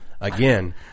Again